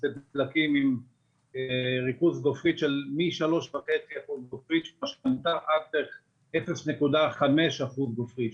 בדלקים עם ריכוז גופרית מ3.5% גופרית עד בערך 0.5% גופרית,